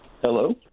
Hello